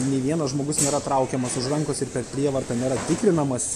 nei vienas žmogus nėra traukiamas už rankos ir prievartą nėra tikrinamas